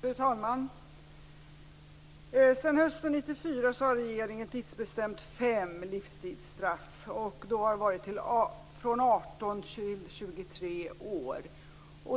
Fru talman! Sedan hösten 1994 har regeringen tidsbestämt fem livstidsstraff. Det har varit från 18 till 23 år.